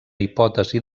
hipòtesi